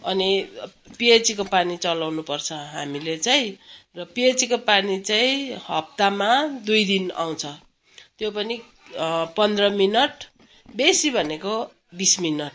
अनि पिएचईको पानी चलाउनु पर्छ हामीले चाहिँ र पिएचईको पानी चाहिँ हप्तामा दुई दिन आउँछ त्यो पनि पन्ध्र मिनट बेसी भनेको बिस मिनट